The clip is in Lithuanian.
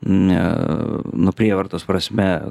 ne nu prievartos prasme